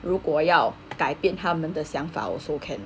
如果要改变他们的想法 also can